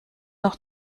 noch